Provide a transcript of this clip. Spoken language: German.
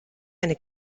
eine